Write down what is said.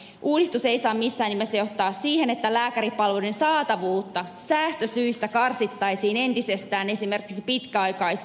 uudistus ei saa missään nimessä johtaa siihen että lääkäripalveluiden saatavuutta säästösyistä karsittaisiin entisestään esimerkiksi pitkäaikaishoidossa